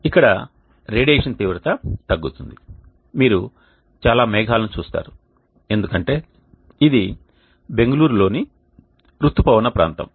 ఇక్కడ రేడియేషన్ తీవ్రత తగ్గుతుంది మీరు చాలా మేఘాలను చూస్తారు ఎందుకంటే ఇది బెంగళూరులోని ఋతుపవన ప్రాంతం